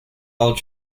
all